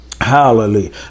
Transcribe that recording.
Hallelujah